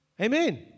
amen